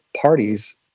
parties